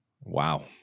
Wow